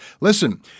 Listen